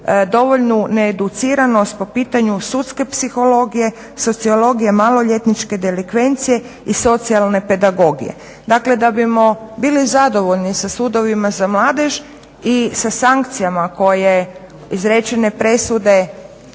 dovoljnu needuciranost po pitanju sudske psihologije, sociologije maloljetničke delikvencije i socijalne pedagogije. Dakle, da bismo bili zadovoljni sa sudovima za mladež i sa sankcijama koje izrečene presude